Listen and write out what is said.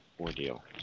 ordeal